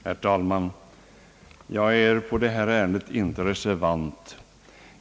Herr talman! Jag är i detta ärende inte reservant.